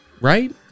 right